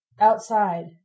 outside